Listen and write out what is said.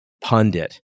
pundit